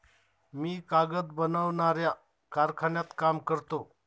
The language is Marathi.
मी कागद बनवणाऱ्या कारखान्यात काम करतो